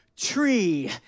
tree